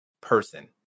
person